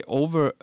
over